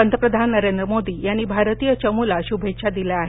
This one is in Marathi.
पंतप्रधान नरेंद्र मोदी यांनी भारतीय चमूला शुभेच्छा दिल्या आहेत